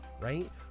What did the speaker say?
right